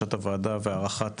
לבקשת הוועדה והארכת